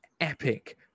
epic